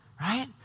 right